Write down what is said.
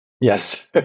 Yes